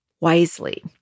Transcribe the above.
wisely